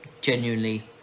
genuinely